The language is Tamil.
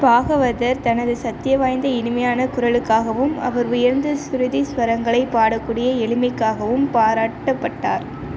பாகவதர் தனது சக்தி வாய்ந்த இனிமையான குரலுக்காகவும் அவர் உயர்ந்த ஸ்ருதி ஸ்வரங்களைப் பாடக்கூடிய எளிமைக்காகவும் பாராட்டப்பட்டார்